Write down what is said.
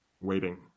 waiting